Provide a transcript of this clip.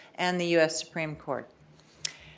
and the us supreme court.